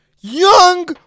Young